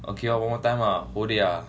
okay lor what time ah how day ah